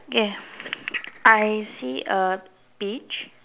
okay I see a beach